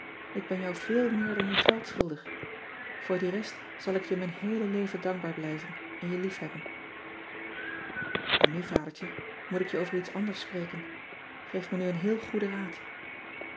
k ben jou veel meer dan je geld schuldig oor dio rest zal ik je mijn heele leven dankbaar blijven en je liefhebben n nu adertje moet ik je over iets anders spreken eef me nu een heel goeden raad